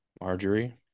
Marjorie